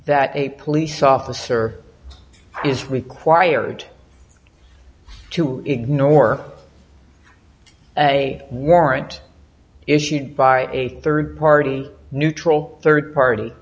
that a police officer is required to ignore a warrant issued by a third party neutral third party